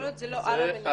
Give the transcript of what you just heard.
כל עוד זה לא על המנהל.